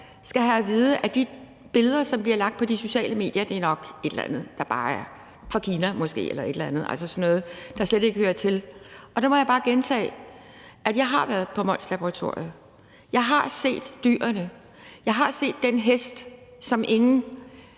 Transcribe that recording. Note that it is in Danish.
skal have at vide, at de billeder, som bliver lagt på de sociale medier, nok bare er et eller andet, der måske bare er fra Kina eller et eller andet sted, altså noget, der slet ikke hører til her. Der må jeg bare gentage, at jeg har været på Molslaboratoriet. Jeg har set dyrene, jeg har set den hest, som ingen